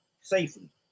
safely